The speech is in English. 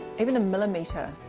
even a millimetre,